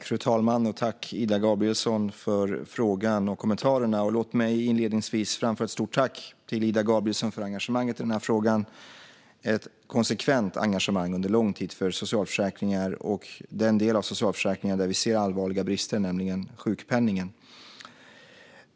Fru talman! Tack, Ida Gabrielsson, för frågan och kommentarerna! Låt mig inledningsvis framföra ett stort tack till Ida Gabrielsson för ett konsekvent engagemang under lång tid för socialförsäkringar och den del av socialförsäkringen där vi ser allvarliga brister, nämligen sjukpenningen.